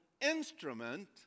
instrument